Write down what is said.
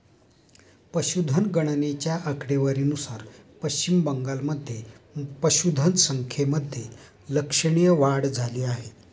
पशुधन गणनेच्या आकडेवारीनुसार पश्चिम बंगालमध्ये पशुधन संख्येमध्ये लक्षणीय वाढ झाली आहे